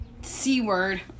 C-word